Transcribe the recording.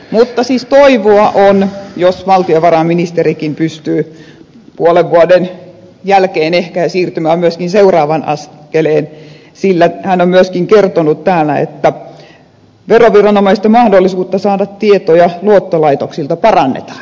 mutta siis toivoa on jos valtiovarainministerikin pystyy puolen vuoden jälkeen siirtymään myöskin seuraavan askeleen sillä hän on myöskin kertonut täällä että veroviranomaisten mahdollisuutta saada tietoja luottolaitoksilta parannetaan